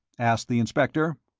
asked the inspector.